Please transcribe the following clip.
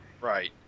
Right